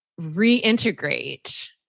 reintegrate